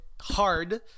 hard